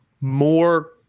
more